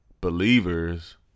believers